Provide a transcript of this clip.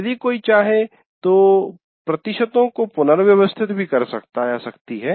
यदि कोई चाहे तो प्रतिशतों को पुनर्व्यवस्थित भी कर सकतासकती है